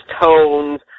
tones